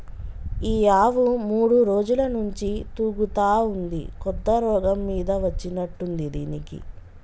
ఈ ఆవు మూడు రోజుల నుంచి తూగుతా ఉంది కొత్త రోగం మీద వచ్చినట్టుంది దీనికి